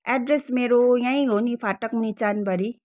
address मेरो यहीँ हो नि फाटक मुनि चानबारी